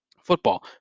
Football